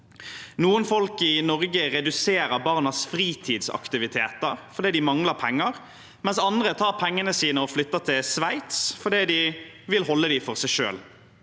Noen folk i Norge reduserer barnas fritidsaktiviteter fordi de mangler penger, mens andre tar pengene sine og flytter til Sveits, fordi de vil holde dem for seg selv.